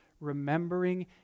remembering